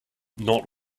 not